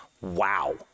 Wow